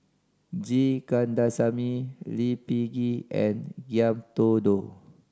G Kandasamy Lee Peh Gee and Ngiam Tong Dow